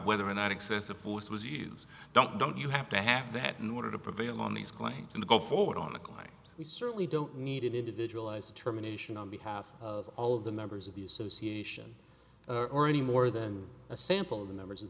whether or not excessive force was used don't don't you have to have that in order to prevail on these claims and go forward on the client we certainly don't need an individualized terminations on behalf of all of the members of the association or any more than a sample of the members of